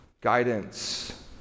guidance